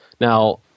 Now